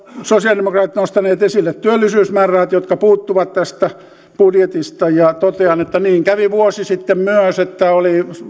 sosialidemokraatit nostaneet esille työllisyysmäärärahat jotka puuttuvat tästä budjetista ja totean että niin kävi vuosi sitten myös että oli